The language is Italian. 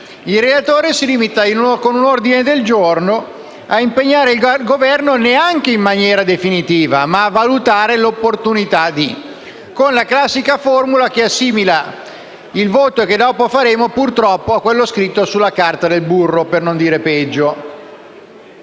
Il relatore si limita, con un ordine del giorno, a impegnare il Governo neanche in maniera definitiva, ma a “valutare l’opportunità di”, con la classica formula che assimila il voto che dopo faremo, purtroppo, a quello scritto sulla carta del burro (per non dire peggio).